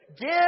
Give